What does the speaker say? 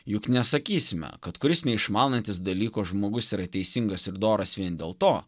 juk nesakysime kad kuris neišmanantis dalyko žmogus yra teisingas ir doras vien dėl to